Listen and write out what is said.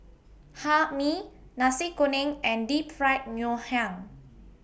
Hae Mee Nasi Kuning and Deep Fried Ngoh Hiang